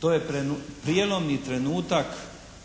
To je prijelomni trenutak